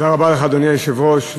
אדוני היושב-ראש,